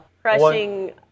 Crushing